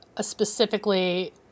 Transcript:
specifically